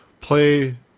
play